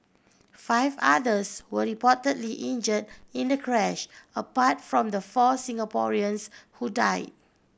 five others were reportedly injured in the crash apart from the four Singaporeans who died